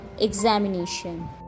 examination